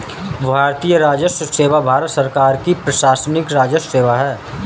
भारतीय राजस्व सेवा भारत सरकार की प्रशासनिक राजस्व सेवा है